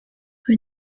rue